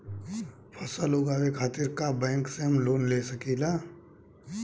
फसल उगावे खतिर का बैंक से हम लोन ले सकीला?